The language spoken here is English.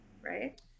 Right